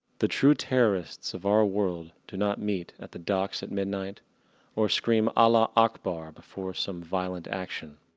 the true terrorists of our world, do not meet at the darks at midnight or scream allah akbar before some violent action.